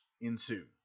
ensue